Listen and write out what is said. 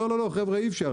לא לא לא חבר'ה אי אפשר,